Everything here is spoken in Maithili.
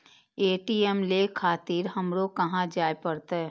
ए.टी.एम ले खातिर हमरो कहाँ जाए परतें?